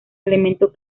elemento